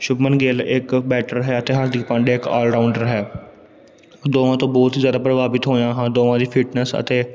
ਸ਼ੁੱਭਮਨ ਗਿੱਲ ਇੱਕ ਬੈਟਰ ਹੈ ਅਤੇ ਹਾਰਦਿਕ ਪਾਂਡਿਆਂ ਇੱਕ ਆਲ ਰਾਊਂਡਰ ਹੈ ਦੋਵਾਂ ਤੋਂ ਬਹੁਤ ਜ਼ਿਆਦਾ ਪ੍ਰਭਾਵਿਤ ਹੋਇਆ ਹਾਂ ਦੋਵਾਂ ਦੀ ਫਿਟਨੈਸ ਅਤੇ